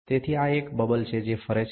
તેથી આ એક બબલ છે જે ફરે છે